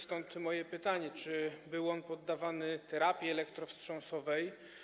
Stąd moje pytanie: Czy był on poddawany terapii elektrowstrząsowej?